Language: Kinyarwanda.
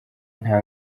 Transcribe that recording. nta